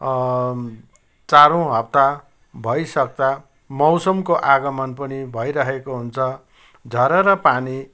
चारौँ हप्ता भइसक्दा मौसमको आगमन पनि भइरहेको हुन्छ झरर पानी